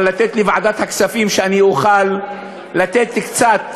אבל שאני אוכל לתת בוועדת הכספים לתת קצת